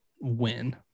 win